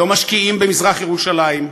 לא משקיעים במזרח-ירושלים,